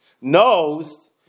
knows